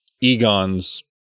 Egon's